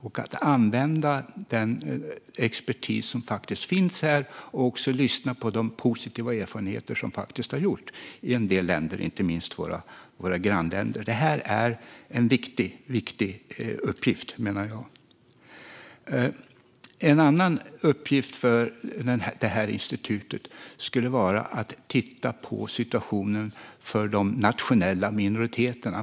Här får man använda den expertis som faktiskt finns och lyssna på de positiva erfarenheter som har dragits i en del länder, inte minst i våra grannländer. Jag menar att det här är en viktig uppgift. En annan uppgift för institutet skulle vara att titta på situationen för de nationella minoriteterna.